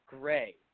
gray